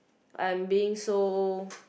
I'm being so